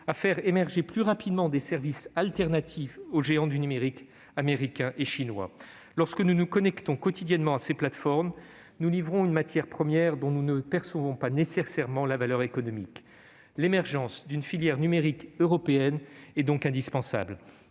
à faire émerger plus rapidement des services alternatifs aux géants du numérique américains et chinois. Chaque utilisateur qui se connecte à ces plateformes leur livre une matière première dont il ne perçoit pas nécessairement la valeur économique. L'émergence d'une filière numérique européenne est donc indispensable.